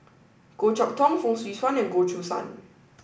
Goh Chok Tong Fong Swee Suan and Goh Choo San